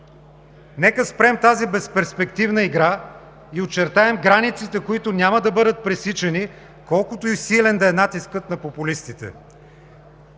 Нека спрем тази безперспективна игра и очертаем границите, които няма да бъдат пресичани, колкото и силен да е натискът на популистите.